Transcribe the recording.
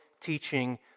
teaching